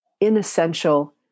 inessential